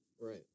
Right